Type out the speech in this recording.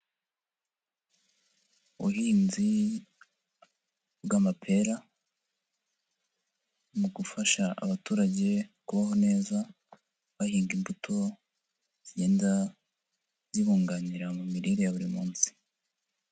Ubuhinzi bw'amapera mu gufasha abaturage kubaho neza, bahinga imbuto zigenda zibunganira mu mirire ya buri munsi.